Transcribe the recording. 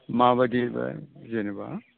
माबायदिबा जेनेबा